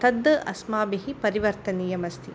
तद् अस्माभिः परिवर्तनीयमस्ति